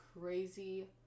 crazy